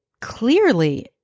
clearly